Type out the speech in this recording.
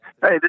Hey